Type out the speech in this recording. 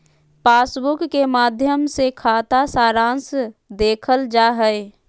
passbook के माध्मय से खाता सारांश देखल जा हय